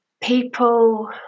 people